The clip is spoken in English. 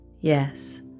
Yes